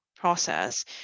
process